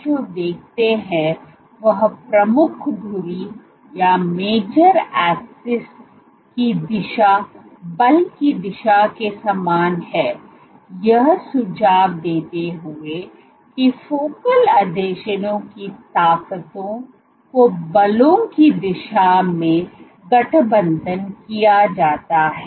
इसलिए आप जो देखते हैं वह प्रमुख धुरी की दिशा बल की दिशा के समान है यह सुझाव देते हुए कि फोकल आसंजनों की ताकतों को बलों की दिशा में गठबंधन किया जाता है